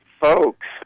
folks